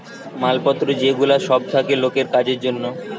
মাল পত্র যে গুলা সব থাকে লোকের কাজের জন্যে